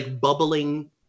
bubbling